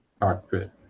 Cockpit